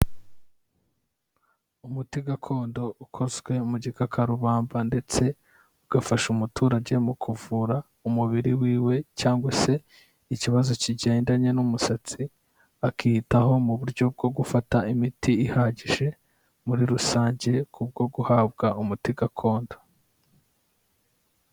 Umuti gakondo ukozwe mu gikakarubamba ndetse ugafasha umuturage mu kuvura umubiri wiwe cyangwa se ikibazo kigendanye n'umusatsi, akiyitaho mu buryo bwo gufata imiti ihagije muri rusange kubwo guhabwa umuti gakondo.